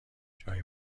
جای